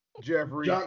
jeffrey